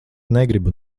negribu